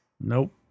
Nope